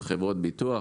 חברות ביטוח,